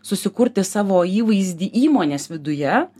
susikurti savo įvaizdį įmonės viduje